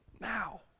now